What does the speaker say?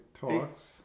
talks